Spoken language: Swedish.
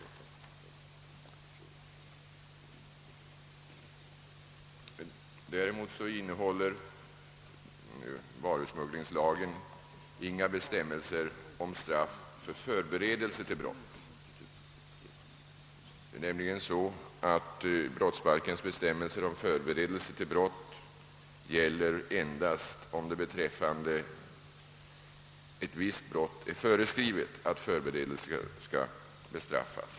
Den sistnämnda lagen innehåller emellertid inga bestämmelser om straff för förberedelse till brott. Brottsbalkens bestämmelser om förberedelse till brott gäller nämligen endast om det beträffande ett visst brott är föreskrivet att förberedelse skall bestraffas.